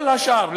כל השאר,